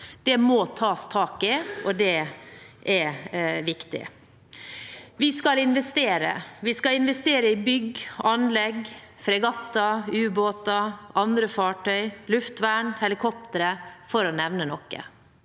Det må tas tak i, og det er viktig. Vi skal investere. Vi skal investere i bygg, anlegg, fregatter, ubåter, andre fartøy, luftvern og helikoptre – for å nevne noe.